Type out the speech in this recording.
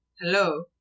Hello